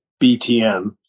BTN